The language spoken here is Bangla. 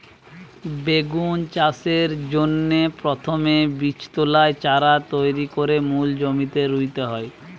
বেগুন চাষের জন্যে প্রথমে বীজতলায় চারা তৈরি কোরে মূল জমিতে রুইতে হয়